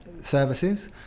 services